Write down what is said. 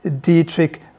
Dietrich